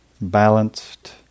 balanced